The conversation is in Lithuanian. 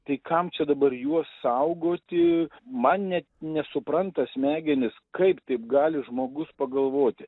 tai kam čia dabar juos saugoti man net nesupranta smegenis kaip taip gali žmogus pagalvoti